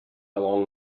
along